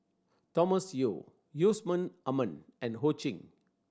Thomas Yeo Yusman Aman and Ho Ching